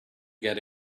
get